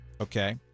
Okay